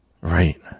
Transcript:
Right